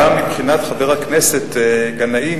גם מבחינת חבר הכנסת גנאים,